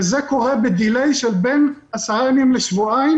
וזה קורה ב-delay של בין עשרה ימים לשבועיים